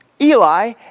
Eli